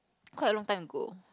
quite a long time ago